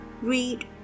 Read